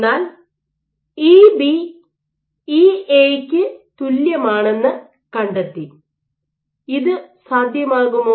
എന്നാൽ EB EA യ്ക്ക് തുല്യമാണെന്ന് കണ്ടെത്തി ഇത് സാധ്യമാകുമോ